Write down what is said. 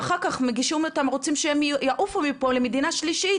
ואחר כך רוצים שהם יעופו מפה למדינה שלישית,